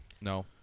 No